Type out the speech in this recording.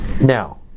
now